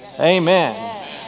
Amen